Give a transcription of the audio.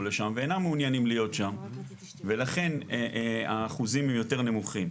לשם אך הם אינם מעוניינים להיות שם ולכן האחוזים הם יותר נמוכים.